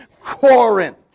Corinth